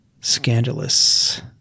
scandalous